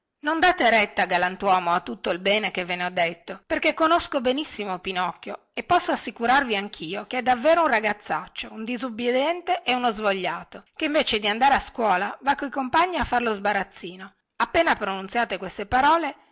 non date retta galantuomo a tutto il bene che ve ne ho detto perché conosco benissimo pinocchio e posso assicurarvi anchio che è davvero un ragazzaccio un disubbidiente e uno svogliato che invece di andare a scuola va coi compagni a fare lo sbarazzino appena ebbe pronunziate queste parole